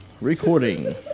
recording